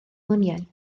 luniau